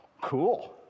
cool